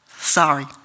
Sorry